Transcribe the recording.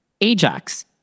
Ajax